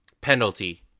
penalty